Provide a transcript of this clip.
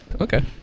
Okay